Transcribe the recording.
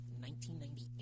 1998